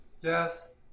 Yes